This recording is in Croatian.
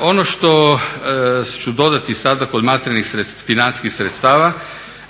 Ono što ću dodati sada kod materijalnih financijskih sredstava,